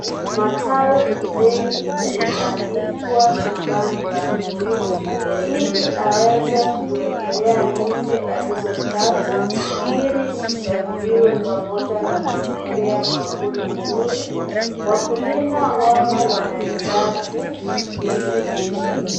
Matawi mengi yametandikwa shambani pa mkulima ili aweze kuekelea ndizi alizokata ili zisichafuliwe pamoja na kuzipea mwavuli mzuri. Wakulima wamo wanahesabu ndizi hizo.